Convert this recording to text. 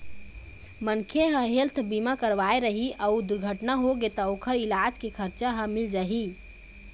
मनखे ह हेल्थ बीमा करवाए रही अउ दुरघटना होगे त ओखर इलाज के खरचा ह मिल जाही